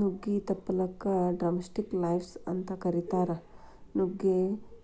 ನುಗ್ಗಿ ತಪ್ಪಲಕ drumstick leaves ಅಂತ ಕರೇತಾರ, ನುಗ್ಗೆ